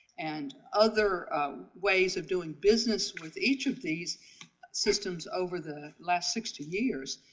and other ways of doing business with each of these systems over the last sixty years,